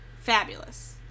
Fabulous